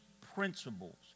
principles